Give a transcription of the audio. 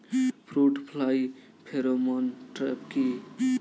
Fruit fly pheromone trap কি?